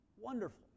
wonderful